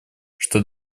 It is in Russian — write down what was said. что